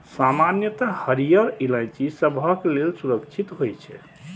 सामान्यतः हरियर इलायची सबहक लेल सुरक्षित होइ छै